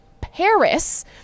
paris